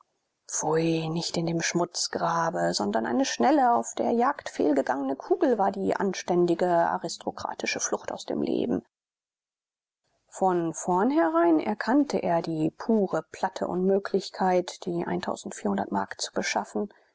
pfui nicht in dem schmutzgrabe sondern eine schnelle auf der jagd fehlgegangene kugel war die anständige aristokratische flucht aus dem leben von vornherein erkannte er die pure platte unmöglichkeit die mark zu beschaffen